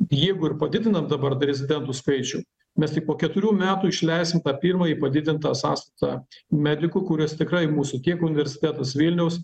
jeigu ir padidiname dabar rezidentų skaičių mes tik po keturių metų išleisim tą pirmąjį padidintą sąstatą medikų kuris tikrai mūsų kiek universitetas vilniaus